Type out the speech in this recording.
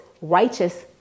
righteous